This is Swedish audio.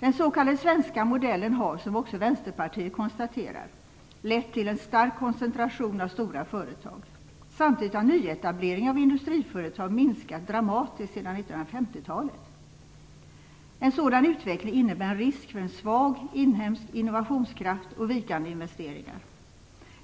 Den s.k. svenska modellen har, som också Vänsterpartiet konstaterar, lett till en stark koncentration av stora företag. Samtidigt har nyetableringen av industriföretag minskat dramatiskt sedan 1950-talet. En sådan utveckling innebär risk för en svag inhemsk innovationskraft och vikande investeringar.